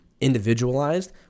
individualized